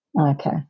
Okay